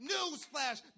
Newsflash